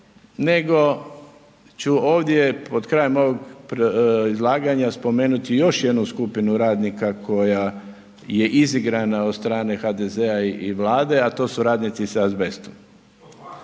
nego ću ovdje pod krajem ovog izlaganja spomenuti još jednu skupinu radnika koja je izigrana od strane HDZ-a i Vlade, a to su radnici sa azbestom.